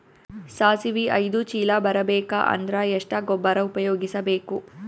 ಸಾಸಿವಿ ಐದು ಚೀಲ ಬರುಬೇಕ ಅಂದ್ರ ಎಷ್ಟ ಗೊಬ್ಬರ ಉಪಯೋಗಿಸಿ ಬೇಕು?